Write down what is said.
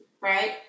right